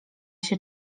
się